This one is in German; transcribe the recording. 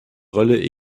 rolle